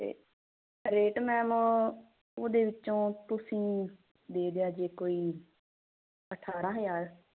ਤੇ rate ma'am ਉਹਦੇ ਵਿੱਚੋਂ ਤੁਸੀਂ ਦੇ ਦਿਆ ਜੇ ਕੋਈ ਅਠਾਰਾਂ ਹਜਾਰ